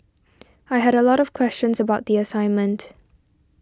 I had a lot of questions about the assignment